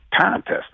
contest